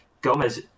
Gomez